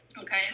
okay